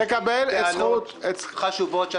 יש לי טענות חשובות -- כבר תקבל את זכות